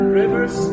rivers